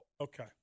Okay